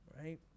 right